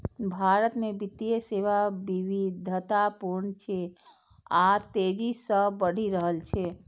भारत मे वित्तीय सेवा विविधतापूर्ण छै आ तेजी सं बढ़ि रहल छै